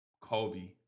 Kobe